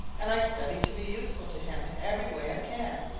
and i study to be useful to him in every way i can,